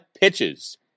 pitches